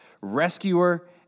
Rescuer